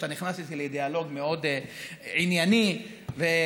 שאתה נכנס איתי לדיאלוג מאוד ענייני ונמרץ.